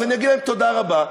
אז אני אגיד להם: תודה רבה.